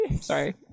sorry